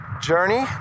journey